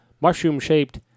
mushroom-shaped